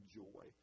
joy